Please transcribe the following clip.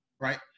right